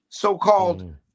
So-called